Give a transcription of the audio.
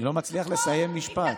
לא מצליח לסיים משפט.